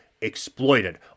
exploited